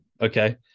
okay